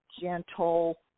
gentle